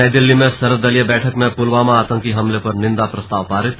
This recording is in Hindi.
नई दिल्ली में सर्वदलीय बैठक में पुलवामा आतंकी हमले पर निंदा प्रस्ताव पारित